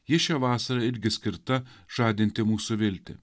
ji šią vasarą irgi skirta žadinti mūsų viltį